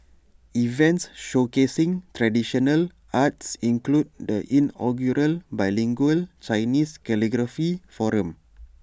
events showcasing traditional arts include the inaugural bilingual Chinese calligraphy forum